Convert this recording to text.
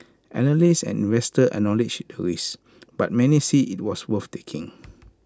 analysts and investors acknowledge the risk but many see IT as worth taking